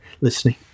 listening